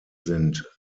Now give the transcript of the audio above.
sind